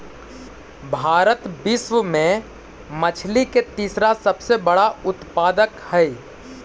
भारत विश्व में मछली के तीसरा सबसे बड़ा उत्पादक हई